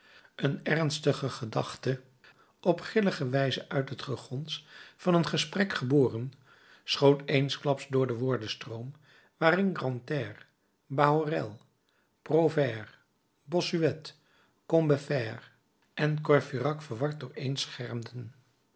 een ernstige gedachte op grillige wijze uit het gegons van een gesprek geboren schoot eensklaps door den woordenstroom waarin grantaire bahorel prouvaire bossuet combeferre en courfeyrac verward dooreen